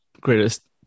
greatest